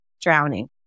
drowning